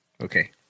okay